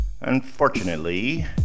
Unfortunately